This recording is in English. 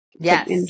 Yes